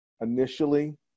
initially